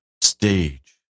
stage